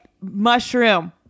mushroom